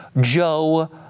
Joe